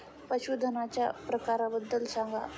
पशूधनाच्या प्रकारांबद्दल सांगा